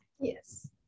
Yes